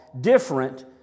different